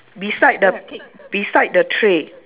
beside the beside the tray